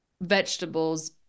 vegetables